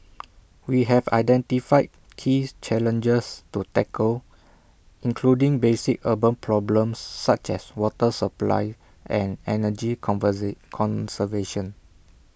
we have identified keys challenges to tackle including basic urban problems such as water supply and energy converse conservation